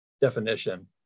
definition